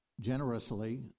Generously